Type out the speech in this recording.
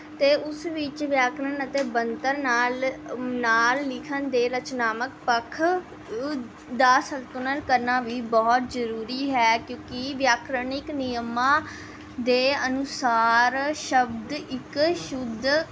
ਅਤੇ ਉਸ ਵਿੱਚ ਵਿਆਕਰਣ ਅਤੇ ਬਣਤਰ ਨਾਲ ਨਾਲ ਲਿਖਣ ਦੇ ਰਚਨਾਤਮਕ ਪੱਖ ਦਾ ਸੰਤੁਲਨ ਕਰਨਾ ਵੀ ਬਹੁਤ ਜ਼ਰੂਰੀ ਹੈ ਕਿਉਂਕਿ ਵਿਆਕਰਣ ਇੱਕ ਨਿਯਮਾਂ ਦੇ ਅਨੁਸਾਰ ਸ਼ਬਦ ਇੱਕ ਸ਼ੁੱਧ